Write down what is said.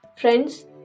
friends